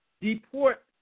deport